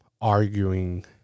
arguing